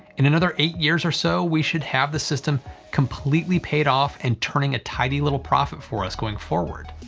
in another eight years or so we should have the system completely paid off and turning a tidy little profit for us going forward.